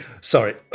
Sorry